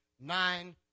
nine